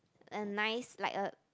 a nice like a